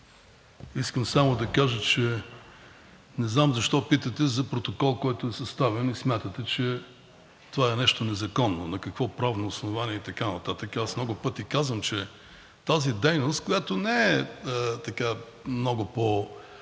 Искам само да кажа – не знам защо питате за протокол, който е съставен, и смятате, че това е нещо незаконно – на какво правно основание и т.н. Аз много пъти казвам, че тази дейност, която не е много по